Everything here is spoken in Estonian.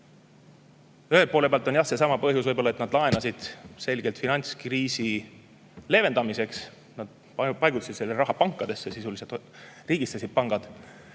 Ühe poole pealt on põhjus võib-olla see, et nad laenasid selgelt finantskriisi leevendamiseks. Nad paigutasid selle raha pankadesse, sisuliselt riigistasid pangad